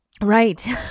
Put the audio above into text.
Right